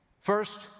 First